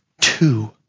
two